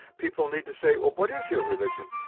people need to say, oh, what is your religion?